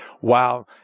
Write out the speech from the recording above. wow